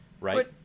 right